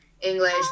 english